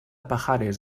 pajares